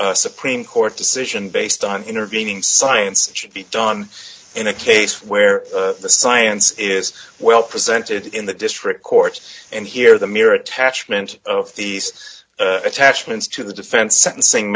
a supreme court decision based on intervening science should be done in a case where the science is well presented in the district court and here the mere attachment of these attachments to the defense sentencing